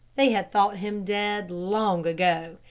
they had thought him dead long ago.